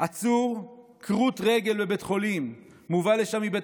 עצור כרות רגל בבית חולים מובל לשם מבית